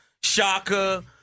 Shaka